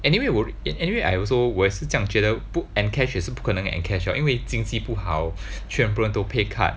anyway 我 anyway I also 我也是这样觉得 put encash 也是不可能 encash liao 因为经济不好全部人都 pay cut